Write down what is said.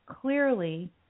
clearly